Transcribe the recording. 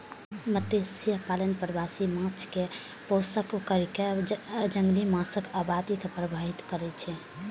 मत्स्यपालन प्रवासी माछ कें पोषण कैर कें जंगली माछक आबादी के प्रभावित करै छै